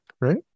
Right